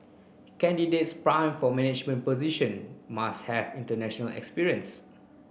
candidates prime for management position must have international experience